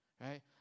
right